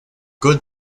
good